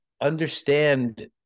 understand